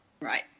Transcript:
Right